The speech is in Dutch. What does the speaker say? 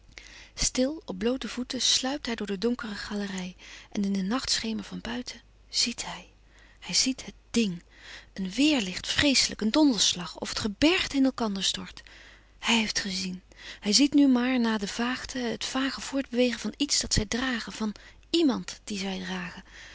stil op bloote voeten sluipt hij door de donkere galerij en in den nachtschemer van buiten ziet hij hij ziet het ding een weêrlicht vreeslijk een donderslag of het gebergte in elkander stort hij heeft gezien hij ziet nu maar na de vaagte het vage voortbewegen van iets dat zij dragen van iemand dien zij dragen